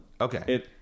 okay